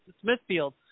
Smithfield